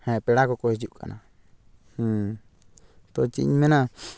ᱦᱮᱸ ᱯᱮᱲᱟ ᱠᱚᱠᱚ ᱦᱤᱡᱩᱜ ᱠᱟᱱᱟ ᱛᱚ ᱪᱮᱫ ᱤᱧ ᱢᱮᱱᱟ